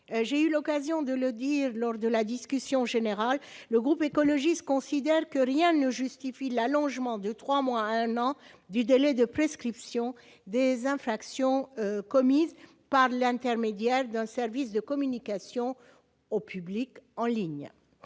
J'ai eu l'occasion de le dire lors de la discussion générale, le groupe écologiste considère que rien ne justifie l'allongement de trois mois à un an du délai de prescription des infractions commises par l'intermédiaire d'un service de communication au public en ligne.